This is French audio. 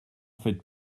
faites